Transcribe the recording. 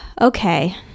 Okay